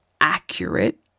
accurate